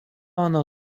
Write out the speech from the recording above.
ono